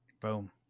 Boom